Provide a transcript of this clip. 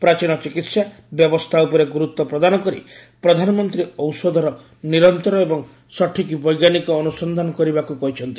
ପ୍ରାଚୀନ ଚିକିିି୍ସା ବ୍ୟବସ୍ଥା ଉପରେ ଗୁରୁଦ୍ଧ ପ୍ରଦାନ କରି ପ୍ରଧାନମନ୍ତ୍ରୀ ମୋଦୀ ଔଷଧର ନିରନ୍ତର ଏବଂ ସଠିକ ବୈଜ୍ଞାନିକ ଅନୁସନ୍ଧାନ କରିବାକୁ କହିଛନ୍ତି